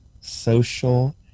social